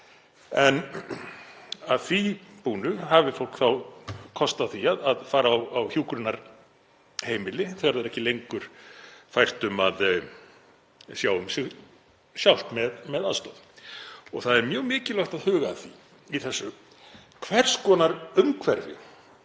En að því búnu hafi fólk þá kost á því að fara á hjúkrunarheimili þegar það er ekki lengur fært um að sjá um sig sjálft með aðstoð. Það er mjög mikilvægt að huga að því í þessu hvers konar umhverfi